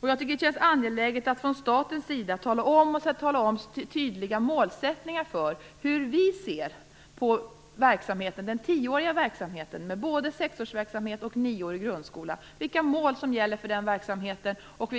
Jag tycker att det känns angeläget att ange tydliga målsättningar för hur vi ser på den tioåriga verksamheten med både sexårsverksamhet och nioårig grundskola och på vilka mål och